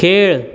खेळ